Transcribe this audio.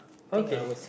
okay